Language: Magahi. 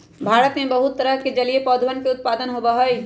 भारत में बहुत तरह के जलीय पौधवन के उत्पादन होबा हई